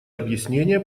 объяснения